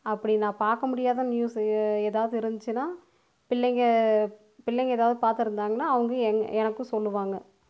அப்படி நான் பார்க்க முடியாத நியூஸு எதாவது இருந்துச்சுன்னா பிள்ளைங்கள் பிள்ளைங்கள் எதாவது பார்த்துருந்தாங்கன்னா அவங்க எங்க எனக்கும் சொல்லுவாங்க